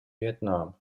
vietnam